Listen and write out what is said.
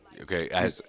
Okay